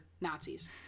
Nazis